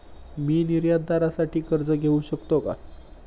मी निर्यातदारासाठी कर्ज घेऊ शकतो का?